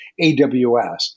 AWS